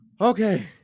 Okay